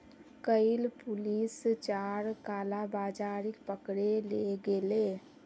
कइल पुलिस चार कालाबाजारिक पकड़े ले गेले